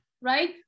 right